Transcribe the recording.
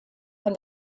and